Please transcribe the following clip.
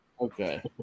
Okay